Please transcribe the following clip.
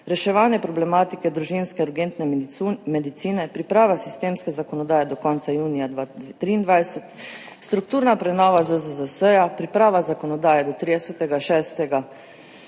reševanje problematike družinske urgentne medicine, priprava sistemske zakonodaje do konca junija 2023; strukturna prenova ZZZS, priprava zakonodaje do 30.